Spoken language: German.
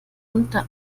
unter